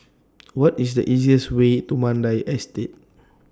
What IS The easiest Way to Mandai Estate